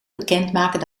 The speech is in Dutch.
bekendmaken